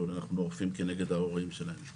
אבל אנחנו אוכפים כנגד ההורים שלהם.